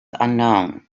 unknown